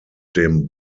dem